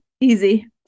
easy